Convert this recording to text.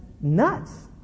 nuts